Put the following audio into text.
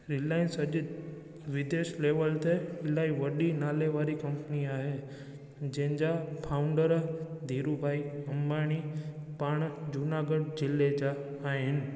Reliance अॼु विदेश level ते इलाही वॾी नाले वारी कंपनी आहे जंहिंजा फाउंडर धीरू भाई अंबाणी पाण जूनागढ़ ज़िले जा आहिनि